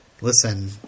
listen